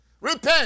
Repent